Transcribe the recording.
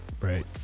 Right